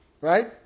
right